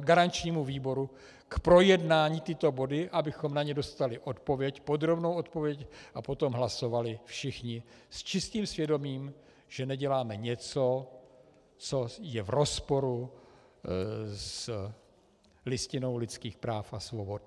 garančnímu výboru k projednání tyto body, abychom na ně dostali odpověď, podrobnou odpověď, a potom hlasovali všichni s čistým svědomím, že neděláme něco, co je v rozporu s Listinou lidských práv a svobod.